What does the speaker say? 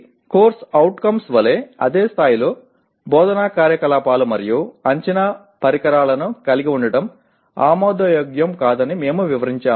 కాబట్టి CO వలె అదే స్థాయిలో బోధనా కార్యకలాపాలు మరియు అంచనా పరికరాలను కలిగి ఉండటం ఆమోదయోగ్యం కాదని మేము వివరించాము